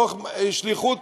תוך שליחות